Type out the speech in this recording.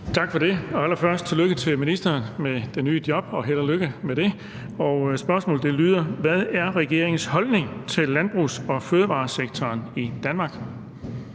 Tak for det. Allerførst tillykke til ministeren med det nye job, og held og lykke med det. Spørgsmålet lyder: Hvad er regeringens holdning til landbrugs- og fødevaresektoren i Danmark?